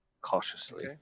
cautiously